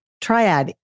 triad